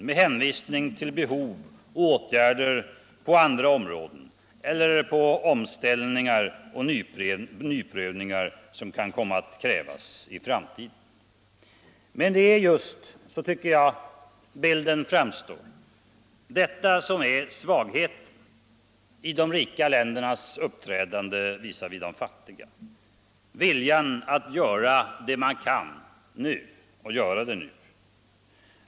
med hänvisning till behov och åtgärder på andra områden eller till omställningar och nyprövningar som kan komma att krävas i framtiden. Detta är just — så tycker jag bilden framstår — svagheten i de rika ländernas uppträdande visavi de fattiga: viljan att göra det man kan och att göra det nu.